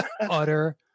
utter